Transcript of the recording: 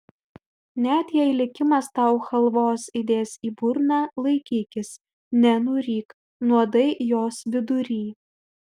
net jei likimas tau chalvos įdės į burną laikykis nenuryk nuodai jos vidury